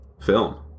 film